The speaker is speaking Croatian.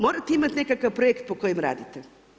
Morate imati nekakav projekt po kojem radite.